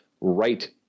right